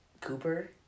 Cooper